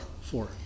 four